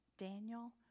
Daniel